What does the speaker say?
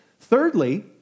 Thirdly